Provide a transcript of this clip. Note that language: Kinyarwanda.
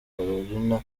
carolina